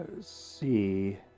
see